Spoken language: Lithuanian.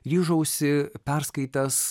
ryžausi perskaitęs